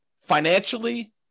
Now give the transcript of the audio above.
financially